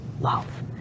love